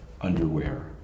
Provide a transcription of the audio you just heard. underwear